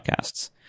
podcasts